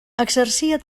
exercia